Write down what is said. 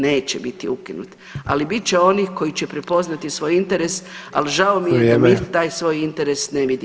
Neće biti ukinut, ali bit će onih koji će prepoznati svoj interes, ali žao mi je [[Upadica Sanader: Vrijeme.]] da mi taj svoj interes ne vidimo.